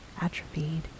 atrophied